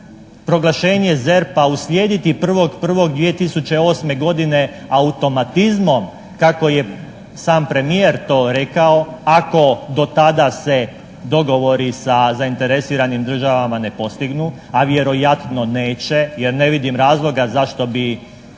proglašenje ZERP-a uslijediti 1.1.2008. godine automatizmom kako je sam premijer to rekao ako do tada se dogovori sa zainteresiranim državama ne postignu, a vjerojatno neće jer ne vidim razloga zašto bi